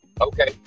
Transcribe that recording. Okay